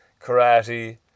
karate